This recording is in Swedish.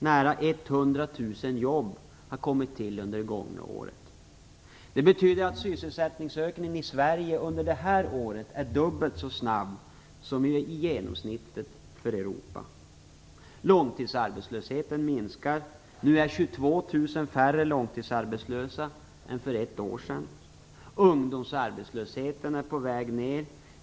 Nära 100 000 jobb har kommit till under det gångna året. Det betyder att sysselsättningsökningen i Sverige under det här året är dubbelt så snabb som genomsnittet för Europa. Långtidsarbetslösheten minskar. Nu är 22 000 färre långtidsarbetslösa än för ett år sedan. Ungdomsarbetslösheten är på väg ner.